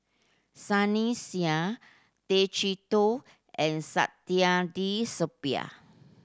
Sunny Sia Tay Chee Toh and Saktiandi Supaat